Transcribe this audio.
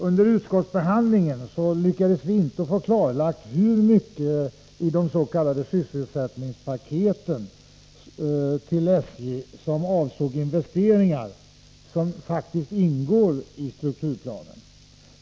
Under utskottsbehandlingen lyckades vi inte få klarlagt hur mycket i de s.k. sysselsättningspaketen avseende investeringar inom SJ, som faktiskt ingår i strukturplanen.